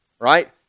right